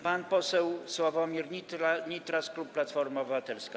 Pan poseł Sławomir Nitras, klub Platforma Obywatelska.